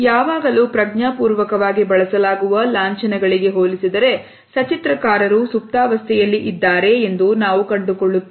ಯಾವಾಗಲೂ ಪ್ರಜ್ಞಾಪೂರ್ವಕವಾಗಿ ಬಳಸಲಾಗುವ ಲಾಂಛನ ಗಳಿಗೆ ಹೋಲಿಸಿದರೆ ಸಚಿತ್ರಕಾರರು ಸುಪ್ತಾವಸ್ಥೆಯಲ್ಲಿ ಇದ್ದಾರೆ ಎಂದು ನಾವು ಕಂಡುಕೊಳ್ಳುತ್ತೇವೆ